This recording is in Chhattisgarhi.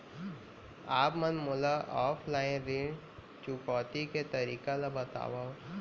आप मन मोला ऑफलाइन ऋण चुकौती के तरीका ल बतावव?